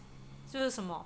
就是什么